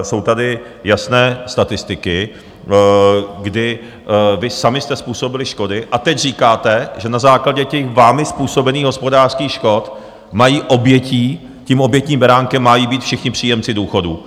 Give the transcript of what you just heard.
Jsou tady jasné statistiky, kdy vy sami jste způsobili škody, a teď říkáte, že na základě těch vámi způsobených hospodářských škod mají tím obětním beránkem být všichni příjemci důchodů.